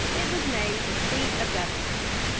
it was made the seat of government.